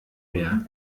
mehr